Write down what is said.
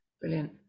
Brilliant